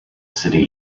city